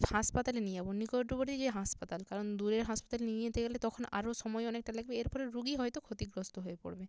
হাসপাতালে নিয়ে যাবো নিকটবর্তী যে হাসপাতাল কারণ দূরের হাসপাতালে নিয়ে যেতে গেলে তখন আরও সময় অনেকটা লাগবে এর ফলে রুগী হয়তো ক্ষতিগ্রস্ত হয়ে পড়বে